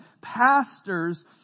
pastors